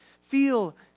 feel